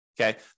Okay